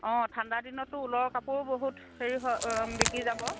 অঁ ঠাণ্ডা দিনতো ঊলৰ কাপোৰো বহুত হেৰি হয় অঁ বিক্ৰী যাব